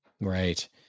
Right